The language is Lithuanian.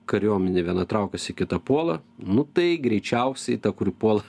kariuomenė viena traukiasi kita puola nu tai greičiausiai ta kuri puola